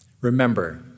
Remember